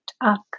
UP